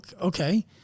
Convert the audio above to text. okay